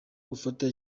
gufata